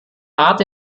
rat